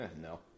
no